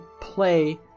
play